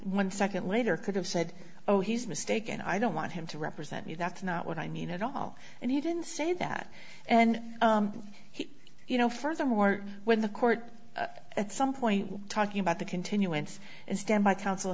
one second later could have said oh he's mistaken i don't want him to represent you that's not what i mean at all and he didn't say that and he you know furthermore when the court at some point we're talking about the continuance and standby coun